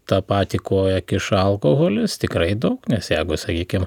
tą patį koją kiša alkoholis tikrai daug nes jeigu sakykim